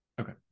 Okay